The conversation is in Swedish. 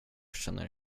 känner